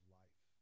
life